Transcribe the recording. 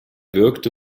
wirkte